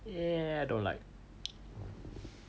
!ee! I don't like